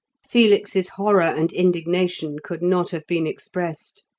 felix's horror and indignation could not have been expressed,